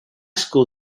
school